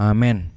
Amen